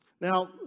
Now